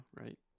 right